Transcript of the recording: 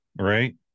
right